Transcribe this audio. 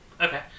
Okay